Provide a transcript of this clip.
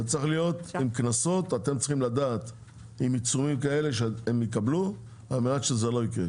זה צריך להיות עם קנסות ועם עיצומים כאלה שהם יקבלו על מנת שזה לא יקרה.